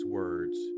words